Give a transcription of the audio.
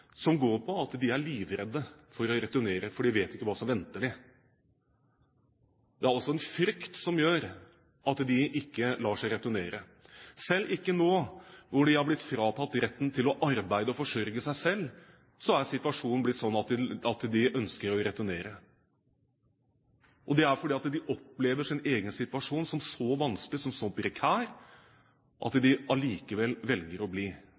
som går på at de er livredde for å returnere, for de vet ikke hva som venter dem. Det er altså en frykt som gjør at de ikke lar seg returnere. Selv ikke nå, når de er blitt fratatt retten til å arbeide og forsørge seg selv, så er situasjonen blitt slik at de ønsker å returnere. Det er fordi de opplever sin egen situasjon som så vanskelig, som så prekær, at de allikevel velger å bli.